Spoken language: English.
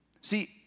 See